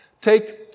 Take